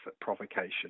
provocation